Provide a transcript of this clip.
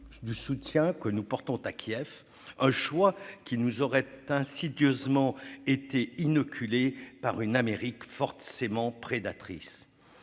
du soutien que nous apportons à Kiev : un choix qui nous aurait été insidieusement inoculé par une Amérique forcément prédatrice.